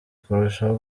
kurushaho